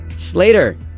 Slater